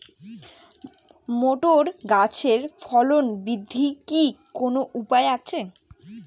Motor গাছের ফলন বৃদ্ধির কি কোনো উপায় আছে?